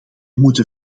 moeten